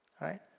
right